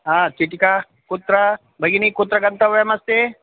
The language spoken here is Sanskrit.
हा चीटिका कुत्र भगिनि कुत्र गन्तव्यमस्ति